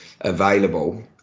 available